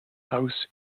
house